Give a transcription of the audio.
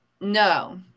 No